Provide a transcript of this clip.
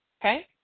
Okay